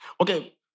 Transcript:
Okay